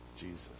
Jesus